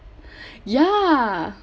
ya